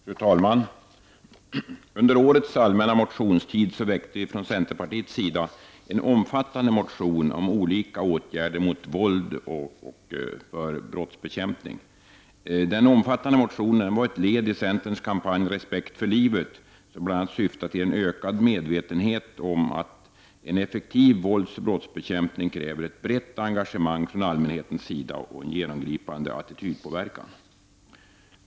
Fru talman! Under årets allmänna motionstid väckte centerpartiet en omfattande motion om olika åtgärder mot våld och för brottsbekämpning. Denna motion var ett led i centerns kampanj ”Respekt för livet”, som bl.a. syftar till en ökad medvetenhet om att en effektiv våldsoch brottsbekämpning kräver ett brett engagemang från allmänheten och en genomgripande attitydpåverkan.